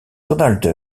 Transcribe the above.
donald